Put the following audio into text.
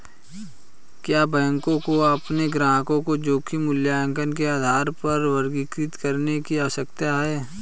क्या बैंकों को अपने ग्राहकों को जोखिम मूल्यांकन के आधार पर वर्गीकृत करने की आवश्यकता है?